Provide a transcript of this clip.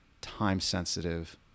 time-sensitive